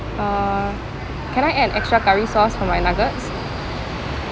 uh can I add an extra curry sauce for my nuggets